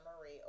Marie